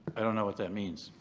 i don't know what that means.